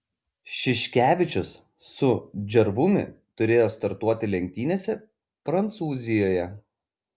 šiškevičius su džervumi turėjo startuoti lenktynėse prancūzijoje